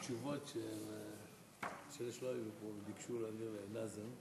התשובות של אלה שלא היו פה וביקשו להעביר לנאזם,